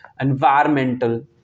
environmental